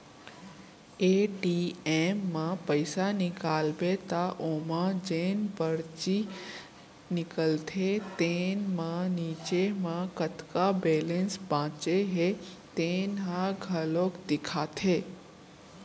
ATM म पइसा निकालबे त ओमा जेन परची निकलथे तेन म नीचे म कतका बेलेंस बाचे हे तेन ह घलोक देखाथे